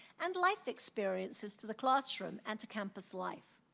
and life experiences to the classroom and to campus life.